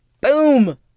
Boom